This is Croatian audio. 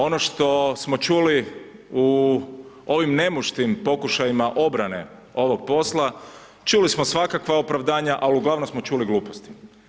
Ono što smo čuli u ovim nemuštim pokušajima obrane ovog posla, čuli smo svakakva opravdanja, al uglavnom smo čuli gluposti.